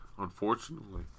Unfortunately